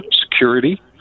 security